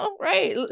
Right